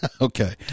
okay